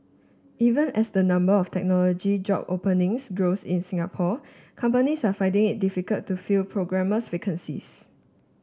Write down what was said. even as the number of technology job openings grows in Singapore companies are finding it difficult to fill programmers vacancies